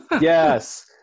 Yes